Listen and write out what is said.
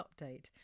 update